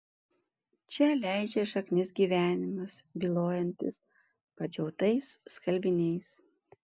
čia leidžia šaknis gyvenimas bylojantis padžiautais skalbiniais